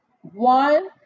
One